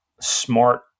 smart